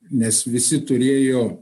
nes visi turėjo